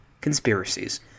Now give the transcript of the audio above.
conspiracies